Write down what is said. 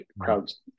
crowds